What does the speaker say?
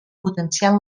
potencial